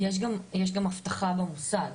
יש גם אבטחה במוסד,